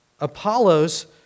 Apollos